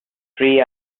free